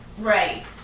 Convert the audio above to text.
Right